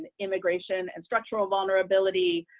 and immigration and structural vulnerability,